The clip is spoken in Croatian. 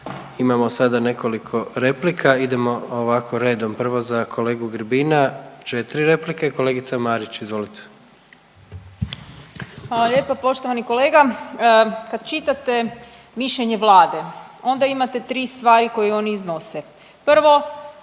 Imamo sada nekoliko replika, idemo ovako redom, prvo za kolegu Grbina četri replike, kolegice Marić izvolite. **Marić, Andreja (SDP)** Hvala lijepa. Poštovani kolega, kad čitate mišljenje Vlade onda imate tri stvari koje oni iznose, prvo